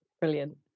Brilliant